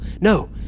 No